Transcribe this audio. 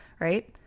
right